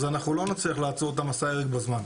אז אנחנו לא נצליח לעצור את מסע ההרג בזמן.